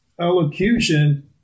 elocution